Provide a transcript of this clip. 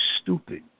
stupid